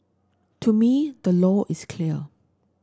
to me the law is clear